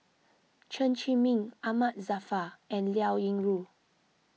Chen Zhiming Ahmad Jaafar and Liao Yingru